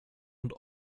und